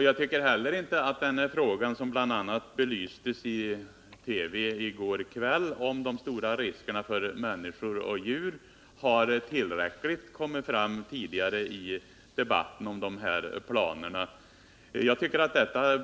Jag tycker inte heller Om import av att den fråga som belystes i TV i går kväll — de stora riskerna för människor — naturgas och djur — tillräckligt har kommit fram i debatten om dessa planer.